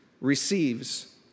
receives